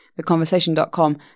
theconversation.com